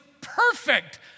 perfect